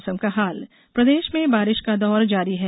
मौसम बरिश प्रदेश में बारिश का दौर जारी है